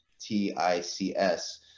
T-I-C-S